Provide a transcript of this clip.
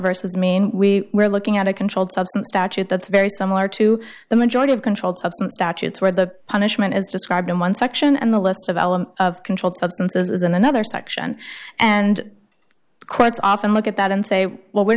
versus mean we are looking at a controlled substance statute that's very similar to the majority of controlled substance statutes where the punishment is described in one section and the list of alum of controlled substances is another section and quite often look at that and say well we're